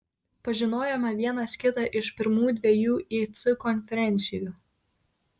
pažinojome vienas kitą iš pirmų dviejų ic konferencijų